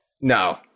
No